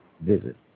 Visit